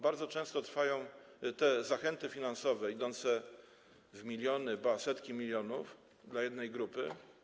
Bardzo często te zachęty finansowe idą w miliony, ba, setki milionów dla jednej grupy.